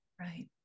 Right